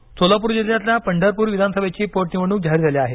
निवडणक सोलापूर जिल्ह्यातल्या पंढरपूर विधानसभेची पोटनिवडणूक जाहीर झाली आहे